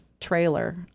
trailer